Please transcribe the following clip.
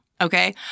okay